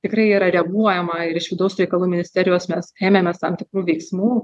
tikrai yra reaguojama ir iš vidaus reikalų ministerijos mes ėmėmės tam tikrų veiksmų